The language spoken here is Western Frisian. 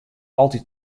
altyd